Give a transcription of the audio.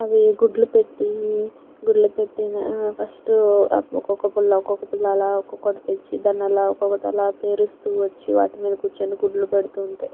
అవి గుడ్లు పెట్టి గుడ్లు పెట్టిన ఫస్టు ఒక్కొక్క పుల్ల ఒక్కొక్క పుల్ల అలా ఒక్కొక్కటి తెచ్చి దాని అలా ఒక్కొక్కటి అలా పేరుస్తూ వచ్చి వాటి మీద కూర్చొని గుడ్లు పెడుతుంటే